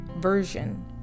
version